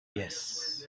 yes